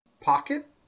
pocket